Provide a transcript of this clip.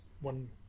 one